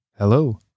Hello